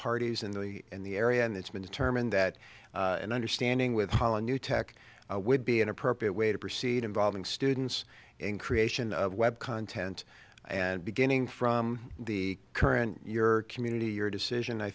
parties in the in the area and it's been determined that an understanding with pollen newtek would be an appropriate way to proceed involving students in creation of web content and beginning from the current your community your decision i